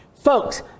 Folks